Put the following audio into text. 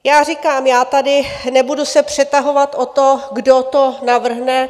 Já říkám, já se tady nebudu přetahovat o to, kdo to navrhne.